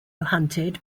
hunted